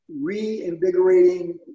reinvigorating